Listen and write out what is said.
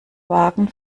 wagen